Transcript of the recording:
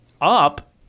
up